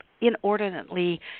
inordinately